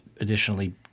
additionally